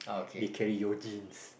they carry your genes